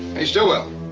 hey, stillwell.